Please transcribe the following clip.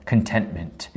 Contentment